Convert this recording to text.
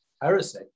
heresy